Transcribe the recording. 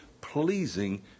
pleasing